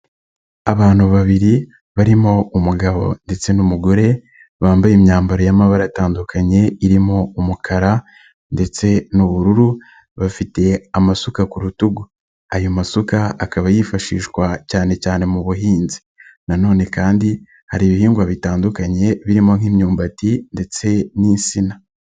Abantu babiri barimo umugabo ndetse n'umugore, bambaye imyambaro y'amabara atandukanye irimo umukara ndetse n'ubururu, bafite amasuka ku rutugu. Ayo masuka akaba yifashishwa cyane cyane mu buhinzi na none kandi hari ibihingwa bitandukanye, birimo nk'imyumbati ndetse n'insina.